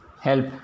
help